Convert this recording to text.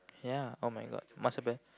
ya [oh]-my-god must been